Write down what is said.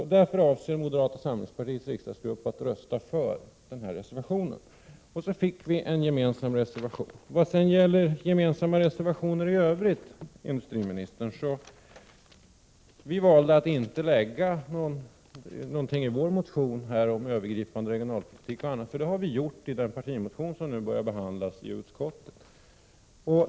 Därför avser moderata samlingspartiets riksdagsgrupp att rösta för den här reservationen. Därmed har vi alltså en gemensam reservation. Vad i övrigt gäller frågan om gemensamma reservationer valde vi att nu inte ta upp det vi i vår motion föreslår i fråga om övergripande regionalpolitik. Detta har vi tagit upp i den partimotion som nu börjat behandlas i utskottet.